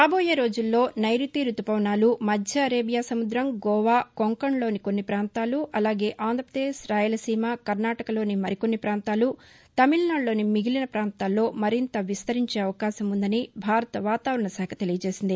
రాబోయే రోజుల్లో నైరుతి రుతుపవనాలు మధ్య అరేబియా సముద్రం గోవా కొంకణ్లోని కొన్ని ప్రాంతాలు అలాగే ఆంధ్రప్రదేశ్ రాయలసీమ కర్ణాటకలోని మరికొన్ని పొంతాలు తమిళనాడులోని మిగిలిన ప్రాంతాల్లో మరింత విస్తరించే అవకాశం ఉందనా భారత వాతావరణ శాఖ తెలియజేసింది